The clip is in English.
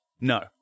no